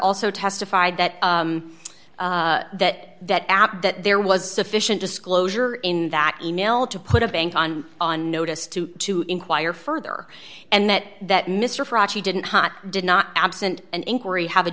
also testified that that that app that there was sufficient disclosure in that e mail to put a bank on on notice to inquire further and that that mr prachi didn't hot did not absent an inquiry have a